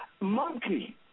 Monkey